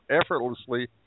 effortlessly